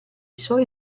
suoi